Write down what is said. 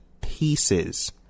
pieces